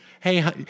Hey